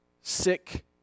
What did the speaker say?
sick